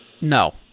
No